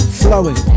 flowing